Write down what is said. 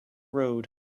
road